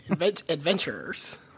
Adventurers